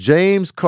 James